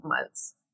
months